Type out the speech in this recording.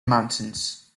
mountains